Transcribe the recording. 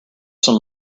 some